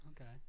okay